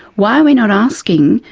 why are we not asking,